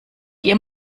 ihr